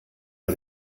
bei